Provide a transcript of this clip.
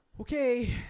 Okay